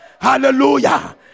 hallelujah